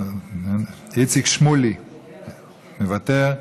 איציק שמולי, מוותר,